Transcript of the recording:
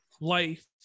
life